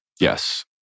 Yes